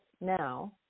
now